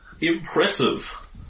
impressive